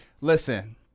Listen